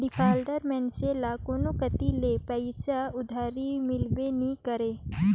defaulter मइनसे ल कोनो कती ले पइसा उधारी मिलबे नी करे